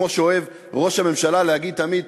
כמו שאוהב ראש הממשלה להגיד תמיד,